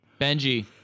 Benji